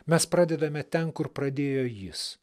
mes pradedame ten kur pradėjo jis